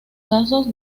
casos